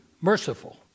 Merciful